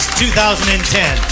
2010